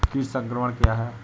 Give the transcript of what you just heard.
कीट संक्रमण क्या है?